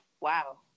Wow